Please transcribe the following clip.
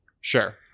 Sure